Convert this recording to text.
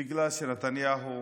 בגלל שנתניהו